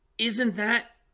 isn't that